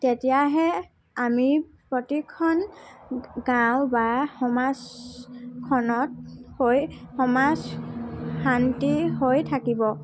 তেতিয়াহে আমি প্ৰতিখন গাঁও বা সমাজখনত কৈ সমাজ শান্তি হৈ থাকিব